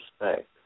respect